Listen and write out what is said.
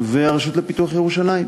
והרשות לפיתוח ירושלים.